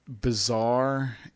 bizarre